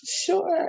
Sure